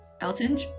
Elton